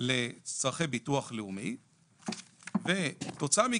לצרכי ביטוח לאומי ותוצאה מכך,